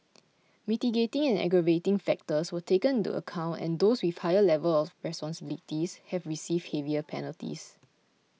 mitigating and aggravating factors were taken into account and those with higher level of responsibilities have received heavier penalties